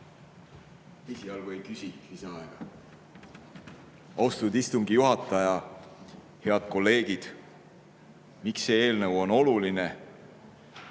esialgu ei küsi lisaaega. Austatud istungi juhataja! Head kolleegid! Miks see eelnõu on oluline?